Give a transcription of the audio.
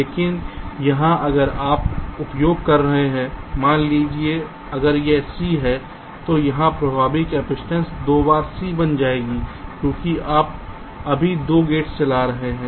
लेकिन यहाँ अगर आप उपयोग कर रहे हैं मान लीजिए अगर यह C है तो यहाँ प्रभावी कपसिटंस दो बार C बन जाएगी क्योंकि आप अभी 2 गेट चला रहे हैं